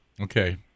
Okay